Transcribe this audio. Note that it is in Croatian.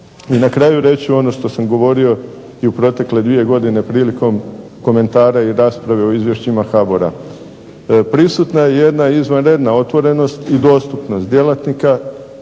I na kraju reći ću ono što sam govorio i u protekle dvije godine prilikom komentara i rasprave o izvješćima HBOR-a. Prisutna je jedna izvanredna otvorenost i dostupnost djelatnika